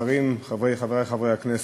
שרים, חברי חברי הכנסת,